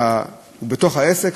אתה בתוך העסק,